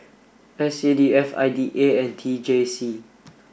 S C D F I D A and T J C